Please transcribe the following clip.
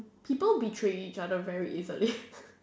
people betray each other very easily